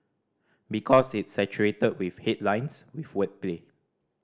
because it's saturated with headlines with wordplay